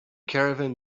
caravan